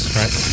right